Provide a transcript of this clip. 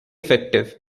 effective